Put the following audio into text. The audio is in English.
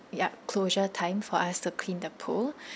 yup closure time for us to clean the pool